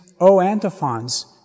o-antiphons